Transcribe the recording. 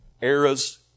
Eras